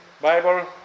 Bible